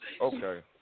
Okay